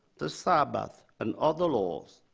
the sabbath, and other laws,